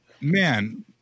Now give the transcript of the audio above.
Man